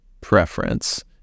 preference